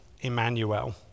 Emmanuel